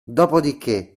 dopodichè